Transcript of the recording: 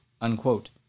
Unquote